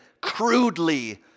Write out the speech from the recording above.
crudely